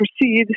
proceed